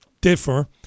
differ